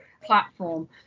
platform